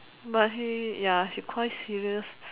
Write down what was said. but he ya she quite serious